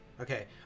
Okay